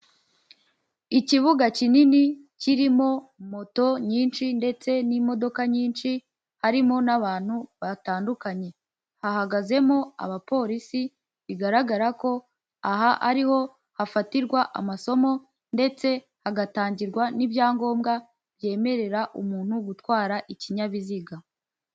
Ikibuga kinini kirimo moto nyinshi ndetse n'imodoka nyinshi, harimo n'abantu batandukanye. Hahagazemo abapolisi, bigaragara ko aha ari ho hafatirwa amasomo ndetse hagatangirwa n'ibyangombwa byemerera umuntu gutwara ikinyabiziga.